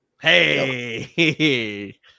Hey